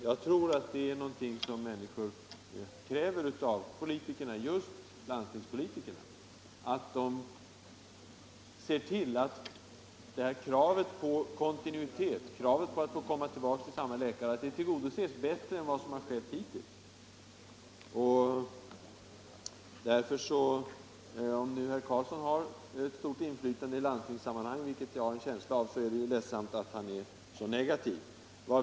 Jag tror att människorna kräver av landstingspolitikerna att de ser till att kravet på kontinuitet, på att man kan få komma tillbaka till samma läkare, tillgodoses bättre än hittills. Om nu herr Carlsson har ett stort inflytande i landstingssammanhang, vilket jag har en känsla av, är det ledsamt att han är så negativ.